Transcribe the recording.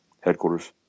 headquarters